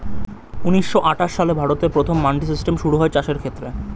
ঊন্নিশো আটাশ সালে ভারতে প্রথম মান্ডি সিস্টেম শুরু হয় চাষের ক্ষেত্রে